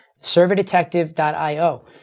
surveydetective.io